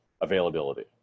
availability